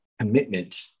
commitment